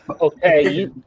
Okay